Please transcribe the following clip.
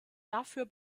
dafür